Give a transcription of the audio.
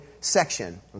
section